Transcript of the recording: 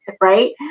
right